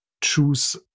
choose